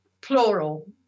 plural